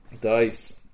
dice